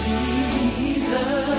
Jesus